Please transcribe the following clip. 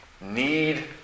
need